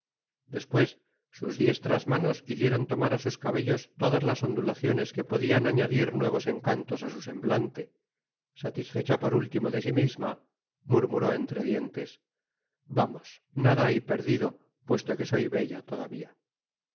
despues sus diestras manos hicieron tomar á sus cabellos todas las ondulaciones que podian añadir nuevos encantos á su semblante satisfecha por último de si misma murmuró entre dientes vamos nada hay perdido puesto que soy bella todavia